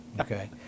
Okay